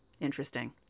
Interesting